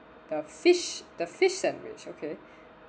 the fish the fish sandwich okay